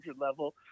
level